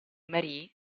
marie